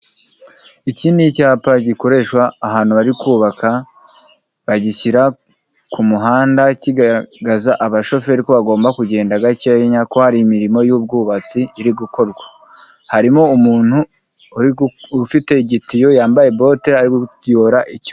Iki ni icyapa gikoreshwa ahantu bari kubaka bagishyira ku muhanda kigaragaza abashoferi ko bagomba kugenda gakenya ko hari imirimo y'ubwubatsi iri gukorwa harimo umuntu ufite igitiyo yambaye bote ari gutiyura icyu.